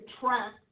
track